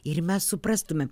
ir mes suprastumėm